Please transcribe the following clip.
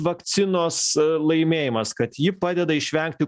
vakcinos laimėjimas kad ji padeda išvengti